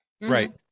right